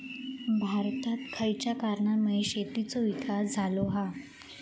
भारतात खयच्या कारणांमुळे शेतीचो विकास झालो हा?